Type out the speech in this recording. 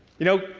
you know,